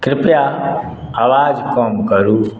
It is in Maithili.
कृपया आवाज कम करू